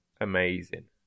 amazing